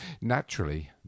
naturally